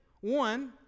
One